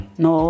no